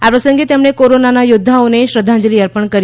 આ પ્રસંગે તેમણે કોરોનાના યોધ્ધાઓને શ્રધ્ધાજંલિ અર્પણ કરી